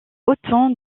autant